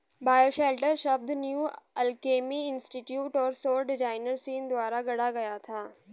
bioshelter शब्द New Alchemy Institute और सौर डिजाइनर सीन द्वारा गढ़ा गया था